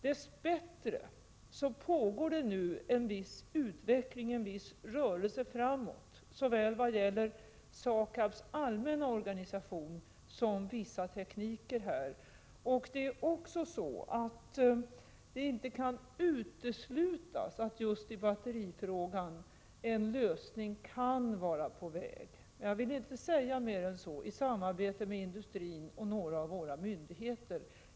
Dessbättre pågår nu en viss utveckling, en rörelse framåt, när det gäller såväl SAKAB:s allmänna organisation som vissa tekniker. Det kan inte heller uteslutas att en lösning, i samarbete med industrin och några av våra myndigheter, i just batterifrågan kan vara på väg. Jag vill inte säga mer än så.